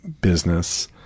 business